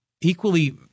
equally